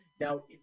Now